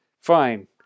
fine